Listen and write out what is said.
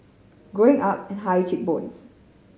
growing up and high cheek bones